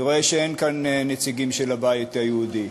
אני רואה שאין כאן נציגים של הבית היהודי,